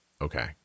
Okay